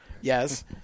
Yes